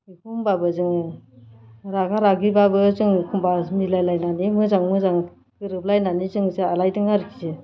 बेखौ होनबाबो जोङो रागा रागिबाबो जों एखनबा मिलायलायनानै मोजाङै मोजां गोरोब लायनानै जों जालायदों आरोखि